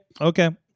Okay